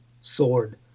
sword